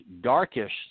darkish